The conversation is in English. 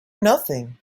nothing